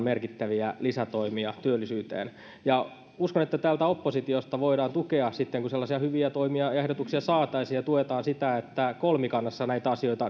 merkittäviä lisätoimia työllisyyteen uskon että täältä oppositiosta voidaan tukea sitten kun sellaisia hyviä toimia ja ehdotuksia saataisiin ja tuetaan sitä että kolmikannassa näistä asioista